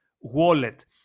wallet